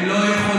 אתה לא יודע,